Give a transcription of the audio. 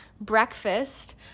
breakfast